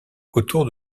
autour